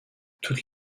toutes